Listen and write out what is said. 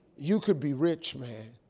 you could be rich, man.